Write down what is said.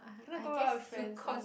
cannot go out friends ah